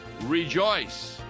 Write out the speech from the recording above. rejoice